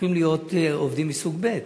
הופכים להיות עובדים מסוג ב'.